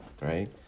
Right